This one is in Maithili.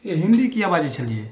यै हिन्दी किआ बाजय छलियै